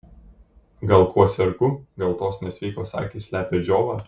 gal kuo sergu gal tos nesveikos akys slepia džiovą